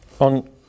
on